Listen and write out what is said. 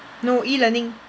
no e-learning